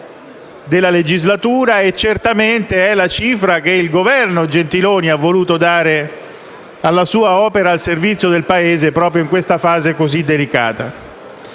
Grazie,